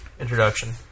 introduction